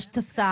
יש את השר.